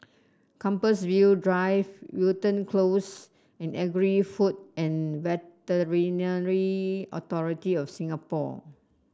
Compassvale Drive Wilton Close and Agri Food and Veterinary Authority of Singapore